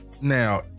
now